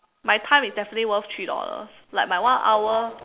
my time is definitely worth three dollars like my one hour